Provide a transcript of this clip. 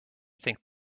think